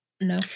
no